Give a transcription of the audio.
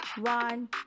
one